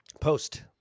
Post